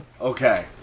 Okay